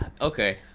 okay